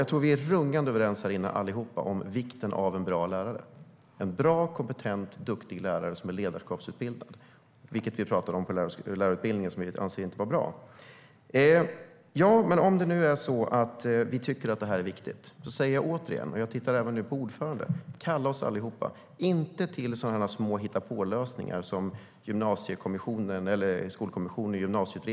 Jag tror att vi alla här inne är mycket överens om vikten av en bra lärare - en bra, kompetent och duktig lärare som är ledarskapsutbildad. Det talar vi om på lärarutbildningen, som vi inte anser är bra. Om vi tycker att detta är viktigt säger jag återigen, och jag tittar även på ordföranden i utbildningsutskottet: Kalla oss inte till små hitta-på-lösningar som Skolkommissionen, Gymnasieutredningen och så vidare.